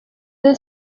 den